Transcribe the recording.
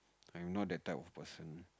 I'm not that type of person